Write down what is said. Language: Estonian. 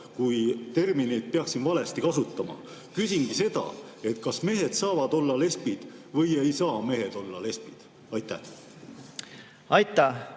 kui ma termineid peaksin valesti kasutama –, kas mehed saavad olla lesbid või ei saa mehed olla lesbid? Aitäh!